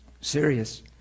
Serious